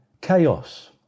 chaos